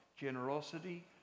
generosity